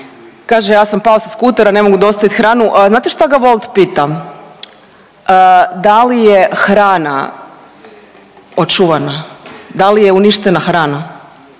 kaže, ja sam pao sa skutera, ne mogu dostaviti hranu, znate šta ga Wolt pita, da li je hrana očuvana. Da li je uništena hrana.